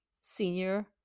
senior